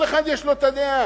כל אחד יש לו דעה.